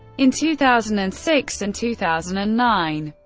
in two thousand and six and two thousand and nine,